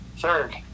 Third